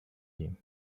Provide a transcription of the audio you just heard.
him